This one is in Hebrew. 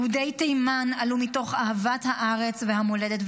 יהודי תימן עלו מתוך אהבת הארץ והמולדת,